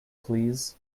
please